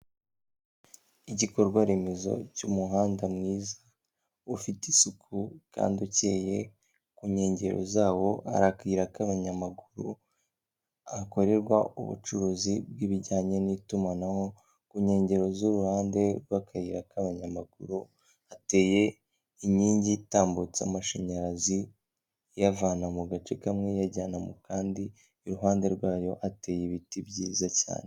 Igikorwa remezo cy'umuhanda mwiza ufite isuku kandi ukeye ku nkengero zawo arabwira ko abanyamaguru hakorerwa ubucuruzi bw'ibijyanye n'itumanaho ku nkengero z'uruhande rw'akayira k'abanyamaguru hateye inkingi itambutsa amashanyarazi ayavana mu gace kamwe iyajyana mu kandi iruhande rwayo hateye ibiti byiza cyane.